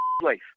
place